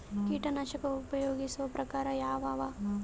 ಕೀಟನಾಶಕ ಉಪಯೋಗಿಸೊ ಪ್ರಕಾರ ಯಾವ ಅವ?